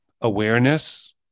awareness